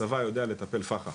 הצבא יודע לטפל בפח"ע